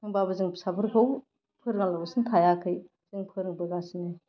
होनबाबो जों फिसाफोरखौ फोरोङालाबासिनो थायाखै जों फोरोंबोगासिनो